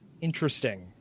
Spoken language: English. interesting